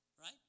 right